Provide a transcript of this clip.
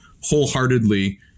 wholeheartedly